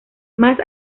más